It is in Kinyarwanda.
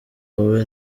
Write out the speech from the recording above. wowe